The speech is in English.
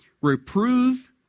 reprove